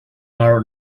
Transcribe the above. our